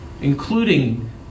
including